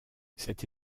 cette